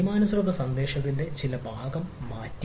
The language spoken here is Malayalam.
നിയമാനുസൃത സന്ദേശത്തിന്റെ ചില ഭാഗം മാറ്റി